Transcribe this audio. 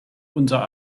unser